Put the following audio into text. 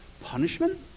Punishment